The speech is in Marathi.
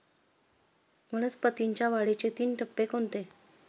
वनस्पतींच्या वाढीचे तीन टप्पे कोणते?